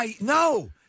No